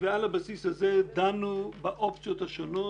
על הבסיס הזה דנו באופציות השונות